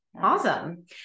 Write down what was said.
Awesome